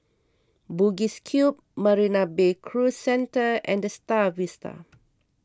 Bugis Cube Marina Bay Cruise Centre and the Star Vista